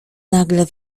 nagle